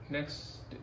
Next